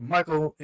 Michael